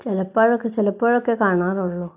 ചിലപ്പോഴൊക്കെ ചിലപ്പോഴൊക്കെ കാണാറുള്ളൂ